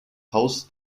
haus